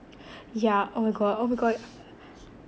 yeah oh my god oh my god